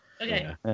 Okay